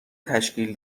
تشکیل